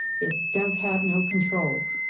it does have now controls.